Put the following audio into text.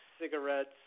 cigarettes